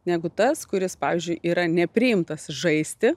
negu tas kuris pavyzdžiui yra nepriimtas žaisti